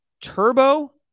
Turbo